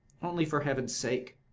only, for heaven's sake,